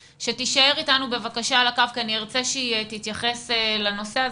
שתישאר אתנו על הקו כי אני ארצה שהיא תתייחס לנושא הזה.